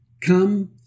come